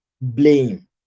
blame